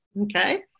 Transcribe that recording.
okay